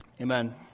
Amen